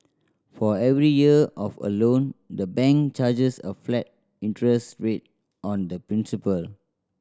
for every year of a loan the bank charges a flat interest rate on the principal